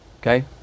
Okay